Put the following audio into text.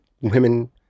women